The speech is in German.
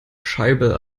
scheibe